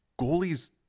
Goalies